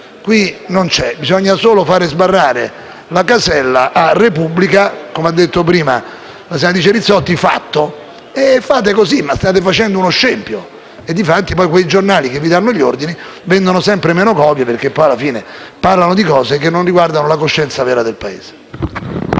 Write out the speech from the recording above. non c'è: bisogna solo far sbarrare la casella «la Repubblica», come ha detto prima la senatrice Rizzotti, con la voce «Fatto!». Fate così, ma state facendo uno scempio di fatti poi, quei giornali che vi danno gli ordini, vendono sempre meno copie, perché alla fine parlano di cose che non riguardano la coscienza vera del Paese.